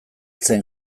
zen